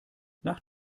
nach